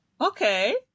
Okay